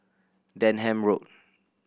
Denham Road